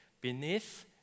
beneath